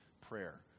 prayer